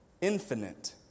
infinite